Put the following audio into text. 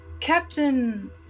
Captain